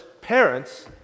parents